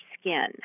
skin